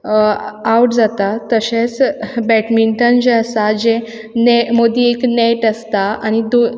out जाता तशेंच badminton जें आसा जें मदीं एक नॅट आसता आनी